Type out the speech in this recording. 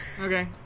okay